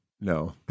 No